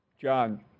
John